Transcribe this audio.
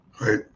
Right